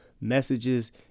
messages